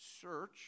search